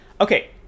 Okay